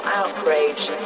outrage